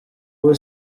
ubu